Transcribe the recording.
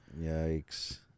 Yikes